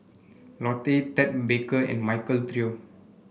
Lotte Ted Baker and Michael Trio